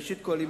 ראשית כול,